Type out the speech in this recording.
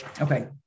okay